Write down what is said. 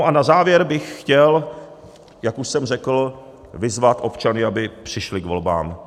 A na závěr bych chtěl, jak už jsem řekl, vyzvat občany, aby přišli k volbám.